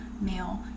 male